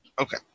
Okay